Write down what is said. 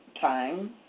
time